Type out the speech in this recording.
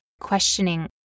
questioning